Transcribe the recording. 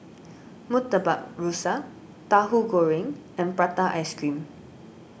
Murtabak Rusa Tahu Goreng and Prata Ice Cream